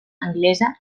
anglesa